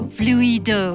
fluido